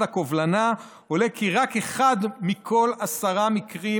הקובלנה עולה כי רק באחד מכל עשרה מקרים